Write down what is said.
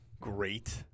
Great